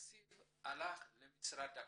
התקציב עבר למשרד הקליטה,